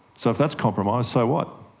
so if that's compromised, so what.